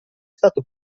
stato